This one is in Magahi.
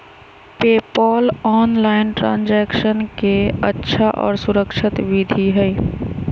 पेपॉल ऑनलाइन ट्रांजैक्शन के अच्छा और सुरक्षित विधि हई